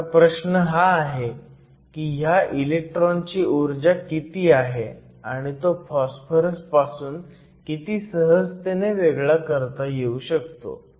आता प्रश्न हा आहे की ह्या इलेक्ट्रॉनची ऊर्जा किती आहे आणि तो फॉस्फरस पासून किती सहजतेने वेगळा करता येऊ शकतो